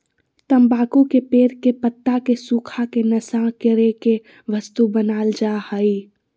तम्बाकू के पेड़ के पत्ता के सुखा के नशा करे के वस्तु बनाल जा हइ